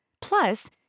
Plus